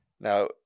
now